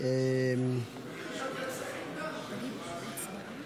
איך הם יסיימו את הלימודים.